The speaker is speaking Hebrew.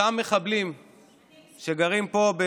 ואחרי זה מדברים איתנו על